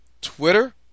Twitter